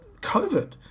COVID